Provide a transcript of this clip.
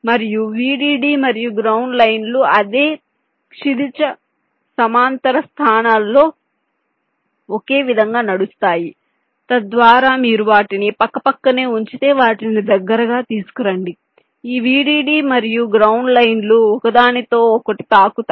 మరియు VDD మరియు ground లైన్లు అదే క్షితిజ సమాంతర స్థానాల్లో ఒకే విధంగా నడుస్తాయి తద్వారా మీరు వాటిని పక్కపక్కనే ఉంచితే వాటిని దగ్గరగా తీసుకురండి ఈ VDD మరియు గ్రౌండ్ లైన్లు ఒకదానికొకటి తాకుతాయి